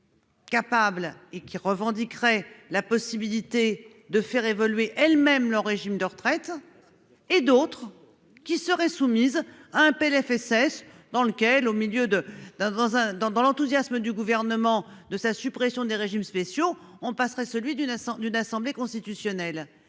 Capable et qui revendiquerait la possibilité de faire évoluer elles-mêmes leur régime de retraite. Et d'autres qui seraient soumises à un PLFSS dans lequel au milieu de dans dans un, dans, dans l'enthousiasme du gouvernement, de sa suppression des régimes spéciaux, on passerait celui d'une absence d'une assemblée constitutionnelle.